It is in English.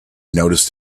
noticed